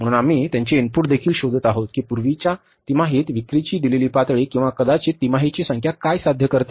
म्हणून आम्ही त्यांचे इनपुट देखील शोधत आहोत की पूर्वीच्या तिमाहीत विक्रीची दिलेली पातळी किंवा कदाचित तिमाहींची संख्या काय साध्य करते